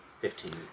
Fifteen